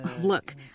Look